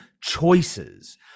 choices